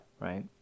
Right